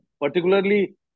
Particularly